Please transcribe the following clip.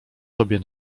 tobie